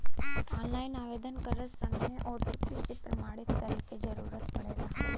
online आवेदन करत समय ओ.टी.पी से प्रमाणित करे क जरुरत पड़ला